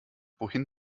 wohin